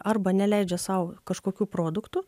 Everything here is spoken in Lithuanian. arba neleidžia sau kažkokių produktų